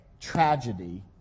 tragedy